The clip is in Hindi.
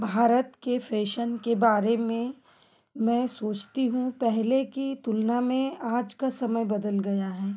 भारत के फैशन के बारे में मैं सोचती हूँ पहले की तुलना में आज का समय बदल गया है